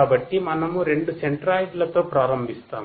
కాబట్టి మనము 2 మీన్స్ ను